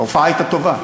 ההופעה הייתה טובה,